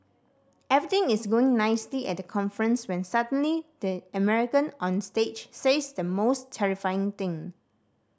everything is going nicely at the conference when suddenly the American on stage says the most terrifying thing